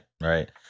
right